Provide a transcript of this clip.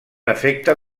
efecte